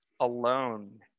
alone